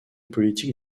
politique